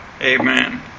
Amen